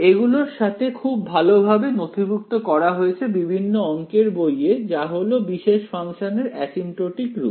এগুলোর সাথে খুব ভালোভাবে নথিভুক্ত করা হয়েছে বিভিন্ন অংকের বইয়ে যা হলো বিশেষ ফাংশনের এসিম্পটোটিক রূপ